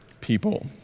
people